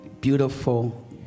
beautiful